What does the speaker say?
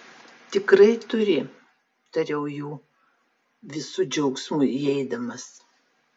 tikrai turi tariau jų visų džiaugsmui įeidamas